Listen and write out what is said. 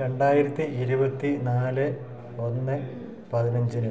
രണ്ടായിരത്തി ഇരുപത്തി നാല് ഒന്ന് പതിനഞ്ചിന്